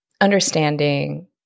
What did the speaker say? understanding